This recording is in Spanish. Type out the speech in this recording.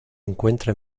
encuentra